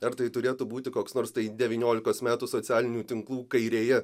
ar tai turėtų būti koks nors tai devyniolikos metų socialinių tinklų kairėje